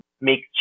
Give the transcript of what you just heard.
make